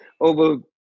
over